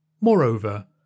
Moreover